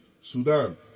Sudan